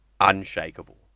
unshakable